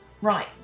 Right